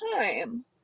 time